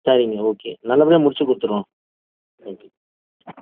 சரிங்க ஓகே நல்லபடியாக முடிச்சு கொடுத்துருவோம் தேங்க்யூ